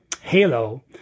Halo